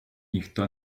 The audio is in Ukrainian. ніхто